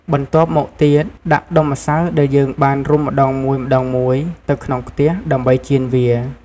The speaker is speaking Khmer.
បន្ទាប់មកទៀត ដាក់ដុំម្សៅដែលយើងបានរុំម្ដងមួយៗ ទៅក្នុងខ្ទះ ដើម្បីចៀនវា។